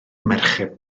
merched